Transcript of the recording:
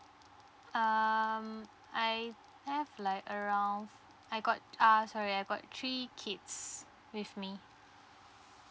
um I have like around I got uh sorry I got three kids with me